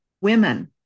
women